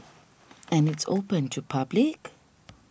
and it's open to public